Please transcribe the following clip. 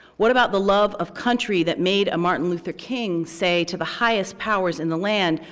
what about the love of country that made a martin luther king say to the highest powers in the land,